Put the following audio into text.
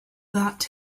that